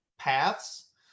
Paths